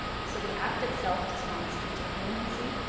so the act itself does not speak to imthency.